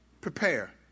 Prepare